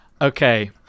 Okay